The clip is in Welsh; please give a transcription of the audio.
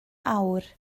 awr